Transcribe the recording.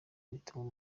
bituma